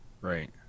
Right